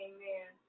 Amen